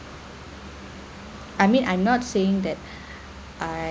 I mean I'm not saying that I